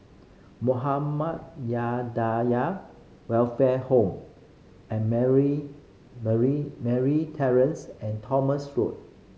Welfare Home and Terrace and Thomas Road